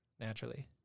Naturally